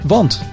Want